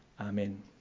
Amen